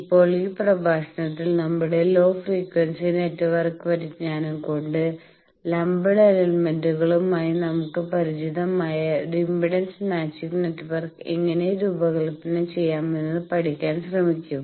ഇപ്പോൾ ഈ പ്രഭാഷണത്തിൽ നമ്മളുടെ ലോ ഫ്രീക്വൻസി നെറ്റ്വർക്ക് പരിജ്ഞാനം കൊണ്ട് ലംപ്ഡ് എലമെന്റുകളുമായി നമുക്ക് പരിചിതമായ ഒരു ഇംപെഡൻസ് മാച്ചിംഗ് നെറ്റ്വർക്ക് എങ്ങനെ രൂപകൽപ്പന ചെയ്യാമെന്ന് പഠിക്കാൻ ശ്രമിക്കും